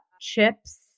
chips